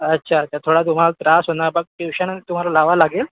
अच्छा तर थोडा तुम्हाला त्रास होणार तर टीवशन तुम्हाला लावा लागेल